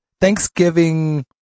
Thanksgiving